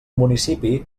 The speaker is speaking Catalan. municipi